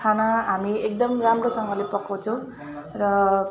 खाना हामी एकदम राम्रोसँगले पकाउँछौँ र